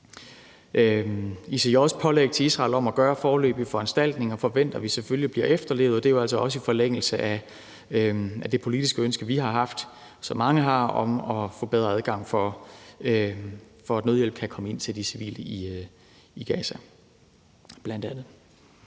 ICJ's pålæg til Israel om at lave foreløbige foranstaltninger forventer vi selvfølgelig bliver efterlevet, og det er jo altså bl.a. også i forlængelse af det politiske ønske, som vi har haft, og som mange har, om at få bedre adgang, for at nødhjælp kan komme ind til de civile i Gaza. Danmark